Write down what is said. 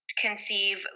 conceive